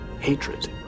hatred